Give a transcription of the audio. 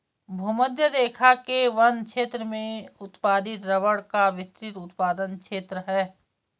भूमध्यरेखा के वन क्षेत्र में उत्पादित रबर का विस्तृत उत्पादन क्षेत्र है